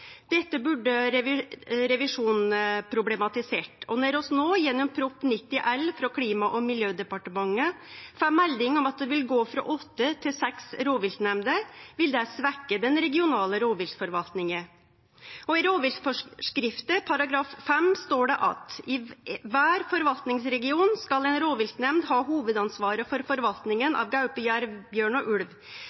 Dette burde revisjonen problematisert. Når vi no gjennom Prop. 90 L frå Klima- og miljødepartementet får melding om at ein vil gå frå åtte til seks rovviltnemnder, vil det svekkje den regionale rovviltforvaltninga. I rovviltforskrifta § 5 står det: «I hver forvaltningsregion skal en rovviltnemnd ha hovedansvaret for forvaltningen av gaupe, jerv, bjørn og ulv.